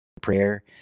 prayer